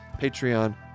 Patreon